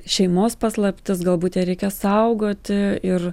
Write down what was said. šeimos paslaptis galbūt ją reikia saugoti ir